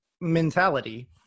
mentality